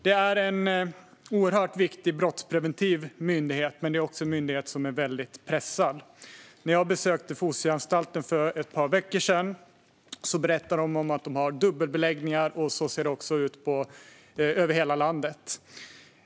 Det är en oerhört viktig brottspreventiv myndighet, men det är också en myndighet som är väldigt pressad. När jag besökte Fosieanstalten för ett par veckor sedan berättade de att de har dubbelbeläggningar, och så ser det ut över hela landet.